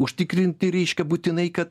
užtikrinti reiškia būtinai kad